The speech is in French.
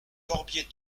corbier